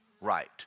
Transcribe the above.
right